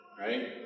right